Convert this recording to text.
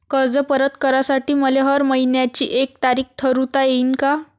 कर्ज परत करासाठी मले हर मइन्याची एक तारीख ठरुता येईन का?